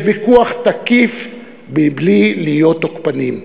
לוויכוח תקיף בלי להיות תוקפנים,